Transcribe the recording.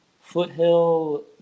foothill